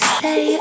say